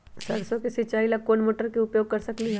सरसों के सिचाई ला कोंन मोटर के उपयोग कर सकली ह?